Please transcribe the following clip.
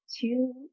two